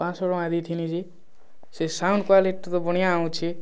ପାଞ୍ଚଶହ ଟଙ୍କା ଦେଇଥିନି ଯେ ସେ ସାଉଣ୍ଡ କ୍ୱାଲିଟି ତ ବଣିହା ଅଛି